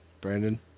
Brandon